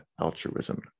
altruism